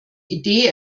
idee